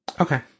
Okay